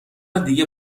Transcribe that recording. دیگه